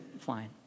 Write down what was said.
fine